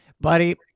Buddy